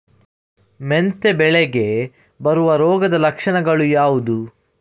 ಮೆಂತೆ ಬೆಳೆಗೆ ಬರುವ ರೋಗದ ಲಕ್ಷಣಗಳು ಯಾವುದು?